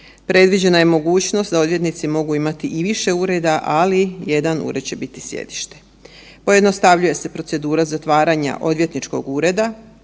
Predviđena je mogućnost da odvjetnici mogu imati i više ureda, ali jedan ured će biti sjedište. Pojednostavljuje se procedura zatvaranja odvjetničkog ureda,